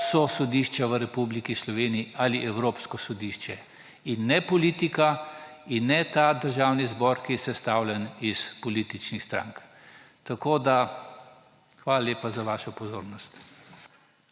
so sodišča v Republiki Sloveniji ali evropsko sodišče in ne politika in ne ta državni zbor, ki je sestavljen iz političnih strank. Hvala lepa za vašo pozornost.